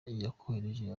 yakoresheje